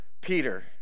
Peter